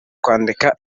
kwandika